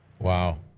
Wow